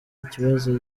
ikibazo